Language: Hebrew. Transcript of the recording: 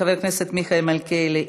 חבר הכנסת מיכאל מלכיאלי,